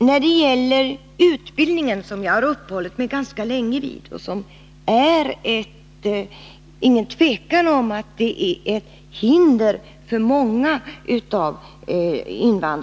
När det gäller utbildningen, som jag har uppehållit mig vid ganska länge, vill jag fråga om det finns några planer på att öka arbetsmarknadsutbildningen?